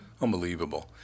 Unbelievable